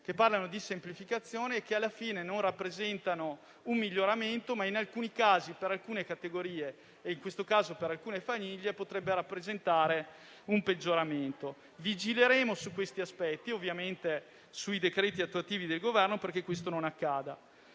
che parlano di semplificazione e che alla fine non rappresentano un miglioramento, ma in alcuni casi, per alcune categorie e, in questo caso, per alcune famiglie, potrebbero rappresentare un peggioramento. Vigileremo su questi aspetti e ovviamente sui decreti attuativi del Governo affinché ciò non accada.